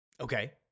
Okay